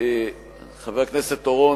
חבר הכנסת אורון,